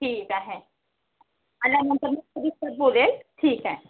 ठीक आहे आल्यावर नंतर मग सविस्तर बोलेन ठीक आहे